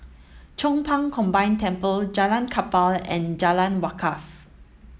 Chong Pang Combined Temple Jalan Kapal and Jalan Wakaff